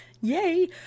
yay